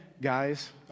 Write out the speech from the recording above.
guys